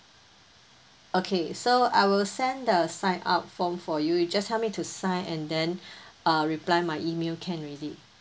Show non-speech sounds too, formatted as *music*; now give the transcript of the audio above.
okay so I will send the sign up form for you you just help me to sign and then *breath* ah reply my email can already